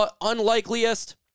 Unlikeliest